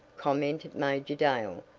commented major dale,